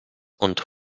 und